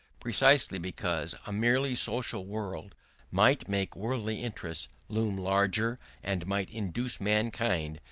precisely because a merely social world might make worldly interests loom larger and might induce mankind,